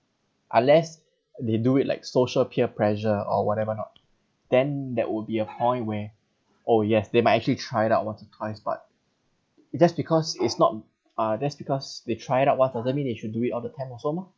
unless they do it like social peer pressure or whatever not then that would be a point where oh yes they might actually tried out once or twice but it just because it's not uh that's because they try it out one doesn't mean it should do it all the time also mah